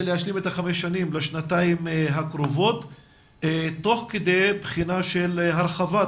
להשלים את החמש שנים לשנתיים הקרובות תוך כדי בחינה של הרחבת